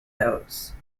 those